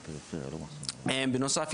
בנוסף,